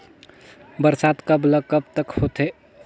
बरसात कब ल कब तक होथे?